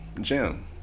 Jim